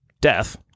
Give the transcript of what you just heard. death-